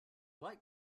light